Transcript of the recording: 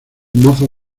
mozo